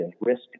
risk